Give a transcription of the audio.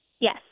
Yes